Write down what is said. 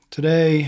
Today